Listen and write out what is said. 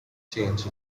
change